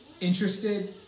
interested